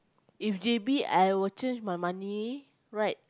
if J_B I will change my money right